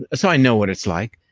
ah so i know what it's like,